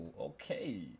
Okay